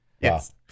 Yes